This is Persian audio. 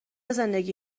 زندگی